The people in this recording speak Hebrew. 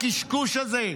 הקשקוש הזה,